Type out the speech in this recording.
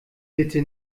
bitte